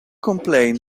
complain